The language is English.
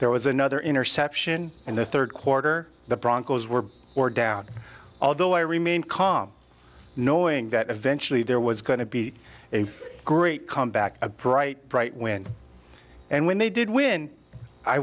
there was another interception in the third quarter the broncos were more down although i remained calm knowing that eventually there was going to be a great comeback a bright bright win and when they did when i